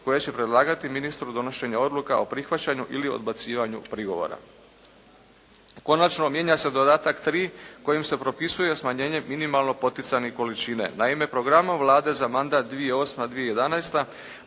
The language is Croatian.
koje će predlagati ministru donošenje odluka o prihvaćanju ili odbacivanju prigovora. Konačno, mijenja se dodatak tri kojim se propisuje smanjenje minimalno poticajne količine. Naime, programom Vlade za mandat 2008./2011.